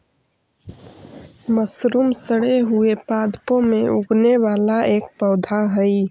mushroom सड़े हुए पादपों में उगने वाला एक पौधा हई